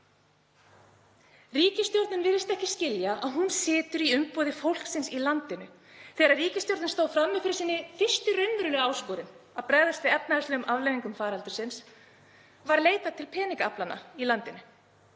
Ríkisstjórnin virðist ekki skilja að hún situr í umboði fólksins í landinu. Þegar ríkisstjórnin stóð frammi fyrir sinni fyrstu raunverulegu áskorun, að bregðast við efnahagslegum afleiðingum faraldursins, var leitað til peningaaflanna í landinu.